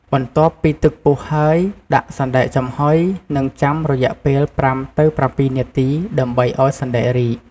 បន្ទាប់ពីទឹកពុះហើយ ដាក់សណ្តែកចំហុយ និងចាំរយៈពេល ៥ទៅ៧ នាទី ដើម្បីឱ្យសណ្តែករីក។